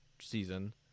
season